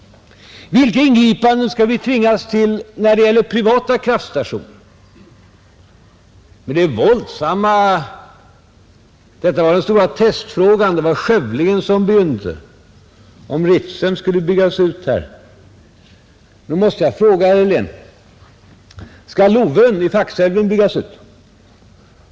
Vilka ingripanden skulle vi tvingas till när det gäller privata kraftstationer? Detta var den stora testfrågan — det var skövlingen som begynte om Ritsem skulle byggas ut. Nu måste jag fråga herr Helén: Skall Lövön i Faxälven byggas ut?